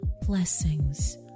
blessings